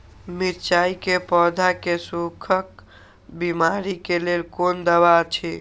मिरचाई के पौधा के सुखक बिमारी के लेल कोन दवा अछि?